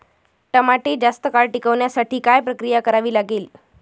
टमाटे जास्त काळ टिकवण्यासाठी काय प्रक्रिया करावी लागेल?